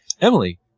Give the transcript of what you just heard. Emily